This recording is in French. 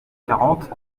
quarante